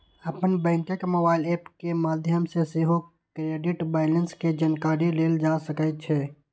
अपन बैंकक mobile app के माध्यम सं सेहो क्रेडिट बैंलेंस के जानकारी लेल जा सकै छै